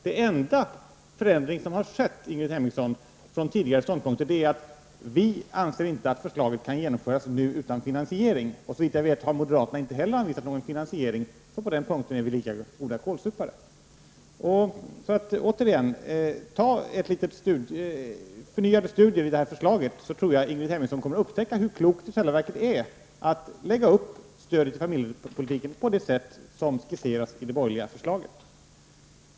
Den enda förändring som har skett, Ingrid Hemmingsson, från tidigare ståndpunkter är att vi inte anser att förslaget kan genomföras utan finansiering. Såvitt jag vet har inte heller moderaterna anvisat någon finansiering. På den punkten är vi alltså lika goda kålsupare. Återigen: Gör, Ingrid Hemmingsson, förnyade studier av det här förslaget så tror jag att ni kommer att upptäcka hur klokt det i själva verket är att lägga upp stödet till barnfamiljerna på det vis som har skisserats i det borgerliga förslaget.